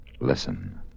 Listen